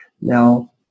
Now